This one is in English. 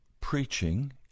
Preaching